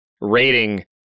rating